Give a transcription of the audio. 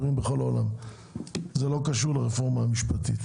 לא קשור לרפורמה המשפטית,